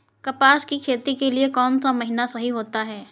कपास की खेती के लिए कौन सा महीना सही होता है?